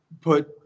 put—